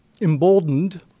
emboldened